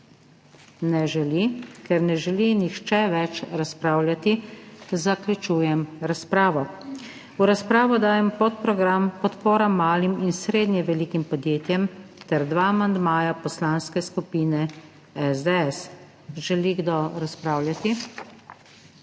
Ne želi. Ker ne želi nihče več razpravljati, zaključujem razpravo. V razpravo dajem podprogram Podpora malim in srednje velikim podjetjem ter dva amandmaja Poslanske skupine SDS. Želi kdo razpravljati?